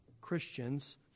Christians